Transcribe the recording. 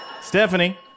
Stephanie